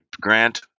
Grant